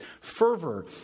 fervor